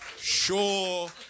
Sure